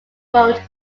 road